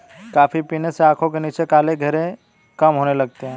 coffee पीने से आंखों के नीचे काले घेरे कम होने लगते हैं